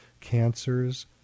cancers